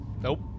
Nope